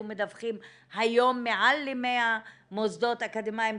מדווחים בתחילת הדרך למעל 100 מוסדות אקדמיים היום.